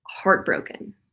heartbroken